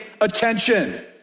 attention